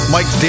Mike